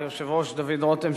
היושב-ראש דוד רותם,